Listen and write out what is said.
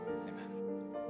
Amen